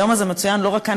היום הזה מצוין לא רק כאן,